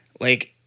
Like-